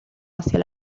hacia